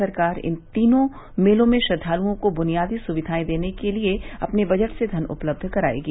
सरकार इन तीनों मेलों में श्रद्दालुओं को बुनियादी सुक्घाएं देने के लिए अपने बजट से घन उपलब्ध करायेगी